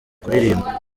kuririmba